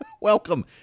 Welcome